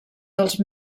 dels